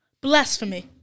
Blasphemy